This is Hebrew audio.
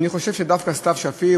אני חושב שדווקא סתיו שפיר,